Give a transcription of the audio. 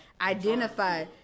identify